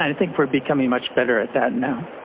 i think we are becoming much better at that now.